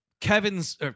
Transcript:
Kevin's